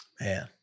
Man